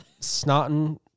snotting